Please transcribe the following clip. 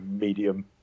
medium